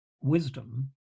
wisdom